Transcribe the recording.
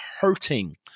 hurting